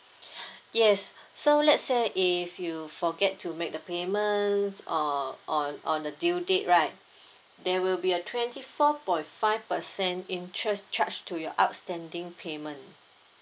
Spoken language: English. yes so let say if you forget to make the payment or on on the due date right there will be a twenty four point five percent interest charge to your outstanding payment